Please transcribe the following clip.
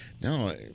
No